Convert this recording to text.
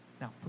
Now